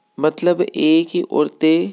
ਮਤਲਬ ਇਹ ਕਿ ਉਹ 'ਤੇ